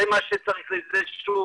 זה צריך איזה שהיא